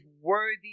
worthy